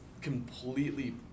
completely